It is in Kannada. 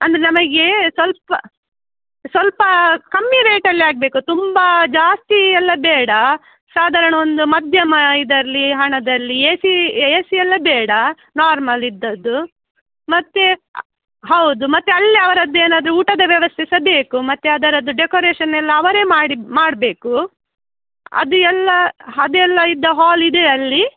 ಅಂದರೆ ನಮಗೆ ಸ್ವಲ್ಪ ಸ್ವಲ್ಪ ಕಮ್ಮಿ ರೇಟಲ್ಲಿ ಆಗಬೇಕು ತುಂಬ ಜಾಸ್ತಿಯೆಲ್ಲ ಬೇಡ ಸಾಧಾರಣ ಒಂದು ಮಧ್ಯಮ ಇದ್ರಲ್ಲಿ ಹಣದಲ್ಲಿ ಎ ಸಿ ಎ ಸಿ ಎಲ್ಲ ಬೇಡ ನಾರ್ಮಲ್ ಇದ್ದದ್ದು ಮತ್ತು ಹೌದು ಮತ್ತು ಅಲ್ಲಿ ಅವರದ್ದು ಏನಾದರು ಊಟದ ವ್ಯವಸ್ಥೆ ಸಹ ಬೇಕು ಮತ್ತು ಅದರದ್ದು ಡೆಕೋರೇಷನ್ನೆಲ್ಲ ಅವರೇ ಮಾಡಿ ಮಾಡಬೇಕು ಅದು ಎಲ್ಲ ಅದು ಎಲ್ಲ ಇದ್ದ ಹಾಲ್ ಇದೆಯಾ ಅಲ್ಲಿ